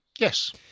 yes